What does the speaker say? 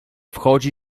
wchodzi